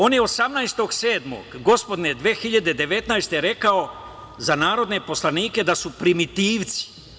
On je 18.7. gospodnje 2019. rekao za narodne poslanike da su primitivci.